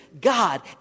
God